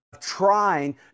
trying